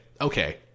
okay